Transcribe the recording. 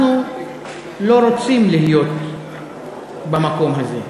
אנחנו לא רוצים להיות במקום הזה,